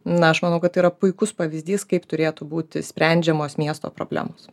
na aš manau kad tai yra puikus pavyzdys kaip turėtų būti sprendžiamos miesto problemos